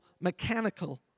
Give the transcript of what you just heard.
mechanical